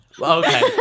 Okay